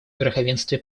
верховенстве